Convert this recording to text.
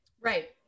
right